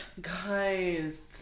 Guys